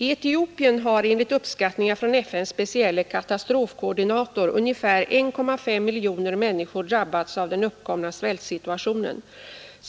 I Etiopien har enligt uppskattningar från FN:s specielle katastrofkoordinator ungefär 1,5 miljoner människor drabbats av den uppkomna svältsituationen.